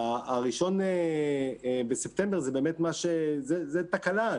ה-1 בספטמבר זה תקלה.